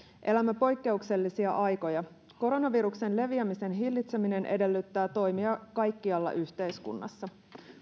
elämme poikkeuksellisia aikoja koronaviruksen leviämisen hillitseminen edellyttää toimia kaikkialla yhteiskunnassa